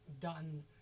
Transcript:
done